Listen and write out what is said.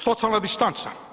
Socijalna distanca.